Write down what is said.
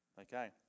Okay